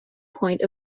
point